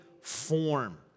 form